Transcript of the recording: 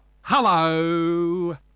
Hello